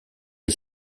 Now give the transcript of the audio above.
est